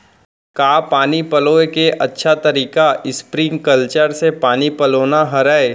का पानी पलोय के अच्छा तरीका स्प्रिंगकलर से पानी पलोना हरय?